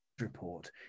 report